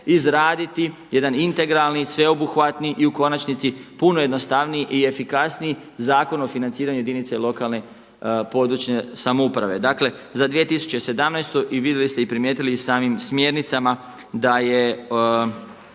izraditi jedan integralni sveobuhvatni i u konačnici puno jednostavniji i efikasniji Zakon o financiranju jedinica lokalne i područne samouprave. Dakle za 2017. i vi ste primijetili samim smjernicama da je